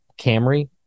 camry